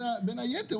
בין היתר,